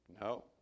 No